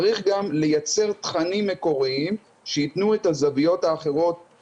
צריך גם לייצר תכנים מקוריים שיתנו את הזוויות האחרות